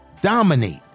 dominate